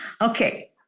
Okay